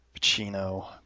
Pacino